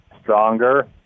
stronger